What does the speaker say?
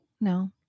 No